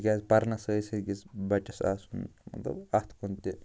تِکیٛازِ پرنَس سۭتۍ سۭتۍ گژھِ بَچَس آسُن مطلب اَتھ کُن تہِ